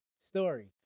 story